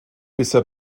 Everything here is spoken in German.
bisher